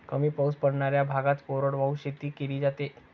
कमी पाऊस पडणाऱ्या भागात कोरडवाहू शेती केली जाते